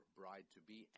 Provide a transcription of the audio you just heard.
bride-to-be